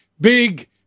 Big